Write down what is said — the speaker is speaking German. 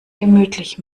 gemütlich